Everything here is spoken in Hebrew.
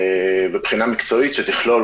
ובחינה מקצועית שתכלול